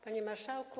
Panie Marszałku!